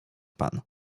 pan